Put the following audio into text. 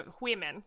women